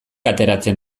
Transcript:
ateratzen